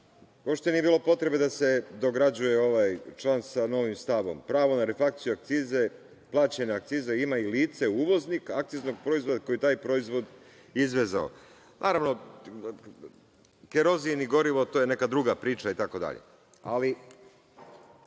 Uopšte nije bilo potrebe da se dograđuje ovaj član sa novim stavom. Pravo na reflakciju akcize, plaćene akcize imaju lica – uvoznik proizvoda koji je taj proizvod izvezao. Naravno, kerozin i gorivo, to je neka druga priča itd. Kod